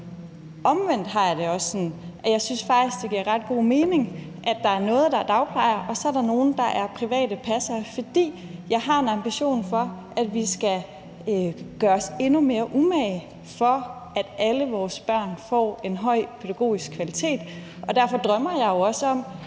på den anden side også sådan, at jeg faktisk synes, det giver ret god mening, at der er nogle, der er dagplejere, og der så er nogle, der er private passere, fordi jeg har en ambition om, at vi skal gøre os endnu mere umage for, at vores børn får en høj pædagogisk kvalitet, og derfor drømmer jeg jo også om,